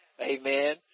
Amen